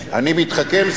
אני מתחכם,